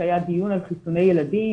כשהיה דיון על חיסוני ילדים,